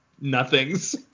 nothings